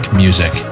music